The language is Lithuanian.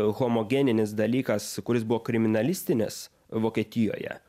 homogeninis dalykas kuris buvo kriminalistinis vokietijoje